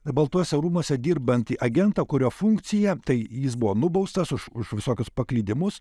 baltuose rūmuose dirbantį agentą kurio funkcija tai jis buvo nubaustas už už visokius paklydimus